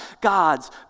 God's